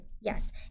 yes